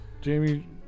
Jamie